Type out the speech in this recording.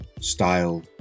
style